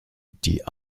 die